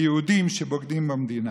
היהודים שבוגדים במדינה.